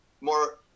more